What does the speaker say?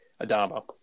Adamo